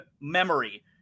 memory